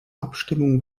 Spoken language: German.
abstammung